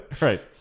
Right